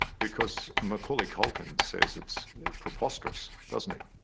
because macaulay culkin says, it's preposterous doesn't he?